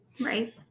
Right